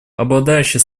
обладающие